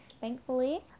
Thankfully